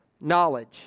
knowledge